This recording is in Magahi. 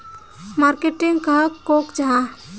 मार्केटिंग कहाक को जाहा?